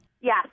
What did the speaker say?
Yes